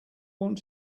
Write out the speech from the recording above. want